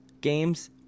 games